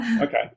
Okay